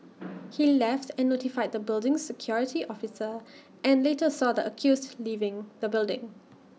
he left and notified the building's security officer and later saw the accused leaving the building